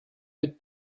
mit